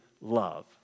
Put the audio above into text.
love